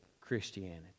Christianity